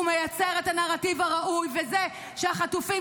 הוא מייצר את הנרטיב הראוי וזה שהחטופים